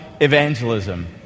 evangelism